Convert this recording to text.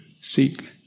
seek